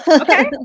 okay